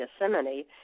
Gethsemane